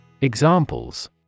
Examples